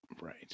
right